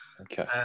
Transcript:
Okay